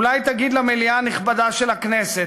אולי תגיד למליאה הנכבדה של הכנסת,